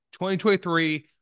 2023